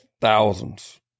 thousands